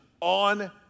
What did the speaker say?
on